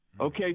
Okay